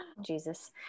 Jesus